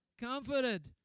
comforted